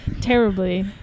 Terribly